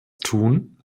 tun